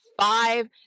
five